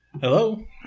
Hello